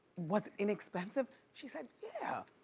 was it expensive? she said, yeah.